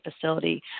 facility